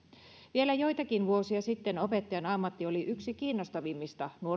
vielä joitakin vuosia sitten opettajan ammatti oli yksi kiinnostavimmista